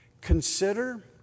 Consider